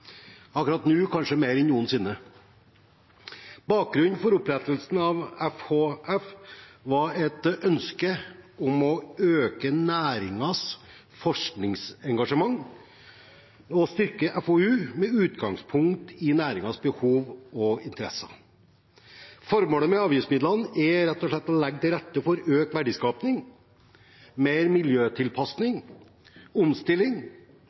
akkurat nå kanskje mer enn noensinne. Bakgrunnen for opprettelsen av FHF var et ønske om å øke næringens forskningsengasjement og styrke FOU med utgangspunkt i næringens behov og interesser. Formålet med avgiftsmidlene er rett og slett å legge til rette for økt verdiskaping og mer miljøtilpassing, omstilling